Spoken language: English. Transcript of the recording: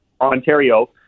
Ontario